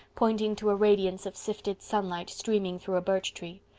pointing to a radiance of sifted sunlight streaming through a birch tree.